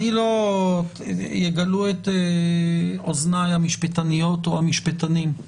יגלו את אוזני המשפטניות או המשפטנים.